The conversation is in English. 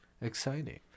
Exciting